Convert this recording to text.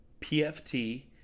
PFT